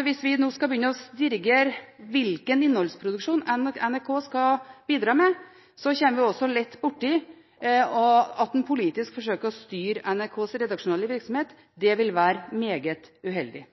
Hvis vi nå skal begynne å dirigere hvilken innholdsproduksjon NRK skal bidra med, kommer vi også lett borti at en politisk forsøker å styre NRKs redaksjonelle virksomhet. Det ville være meget uheldig.